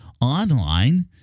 online